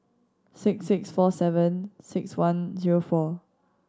six six four seven six one zero four